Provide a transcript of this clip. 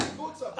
השיבוץ הוא הבעיה.